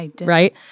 Right